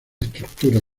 estructura